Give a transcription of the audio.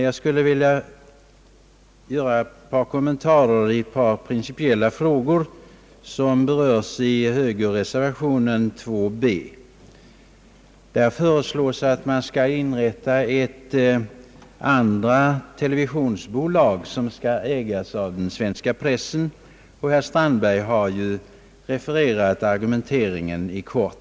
Jag skulle vilja kommentera ett par principiella frågor som berörs i högerreservationen b. Där föreslås att man skall inrätta ett andra televisionsbolag som skall ägas av svenska pressen. Herr Strandberg har i korthet refererat argumenteringen härför.